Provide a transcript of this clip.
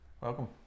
Welcome